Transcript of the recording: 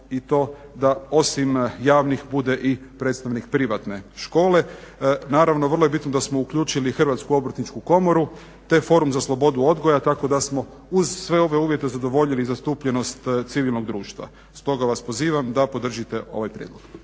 i to da osim javnih bude i predstavnik privatne škole. Naravno vrlo je bitno da smo uključili Hrvatsku obrtničku komoru te forum za slobodu odgoja tako da smo uz sve ove uvjete zadovoljili zastupljenost civilnog društva. stoga vas pozivam da podržite ovaj prijedlog.